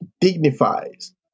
Dignifies